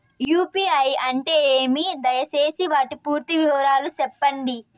UPI అంటే ఏమి? దయసేసి వాటి పూర్తి వివరాలు సెప్పండి?